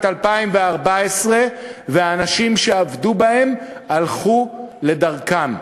2014 והאנשים שעבדו בהם הלכו לדרכם.